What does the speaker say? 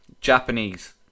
Japanese